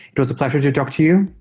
it was a pleasure to talk to you.